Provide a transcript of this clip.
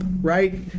right